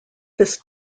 this